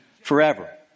forever